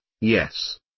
yes